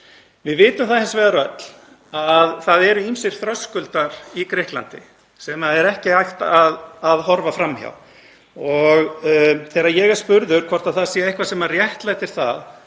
Við vitum hins vegar öll að það eru ýmsir þröskuldar í Grikklandi sem er ekki hægt að horfa fram hjá. Þegar ég er spurður hvort það sé eitthvað sem réttlæti það